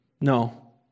no